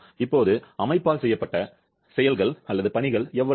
இப்போது அமைப்பால் செய்யப்பட்ட பணிகள் எவ்வளவு